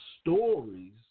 stories